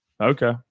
Okay